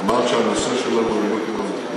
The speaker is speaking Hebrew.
אמרת שהנושא שלנו הוא יוקר המחיה.